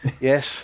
Yes